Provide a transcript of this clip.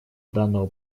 данного